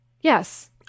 Yes